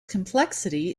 complexity